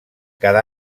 cada